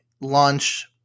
launch